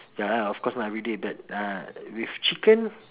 ya lah of course not everyday but uh with chicken